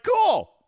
cool